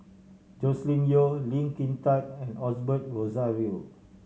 Joscelin Yeo Lee Kin Tat and Osbert Rozario